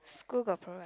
school got provide